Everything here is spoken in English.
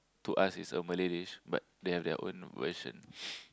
to us it's a Malay dish but they have their own version